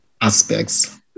aspects